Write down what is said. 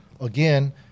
again